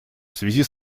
связи